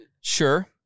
sure